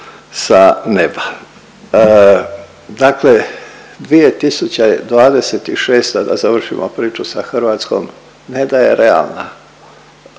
sa neba. Dakle 2026., da završimo priču sa Hrvatskom, ne da je realna,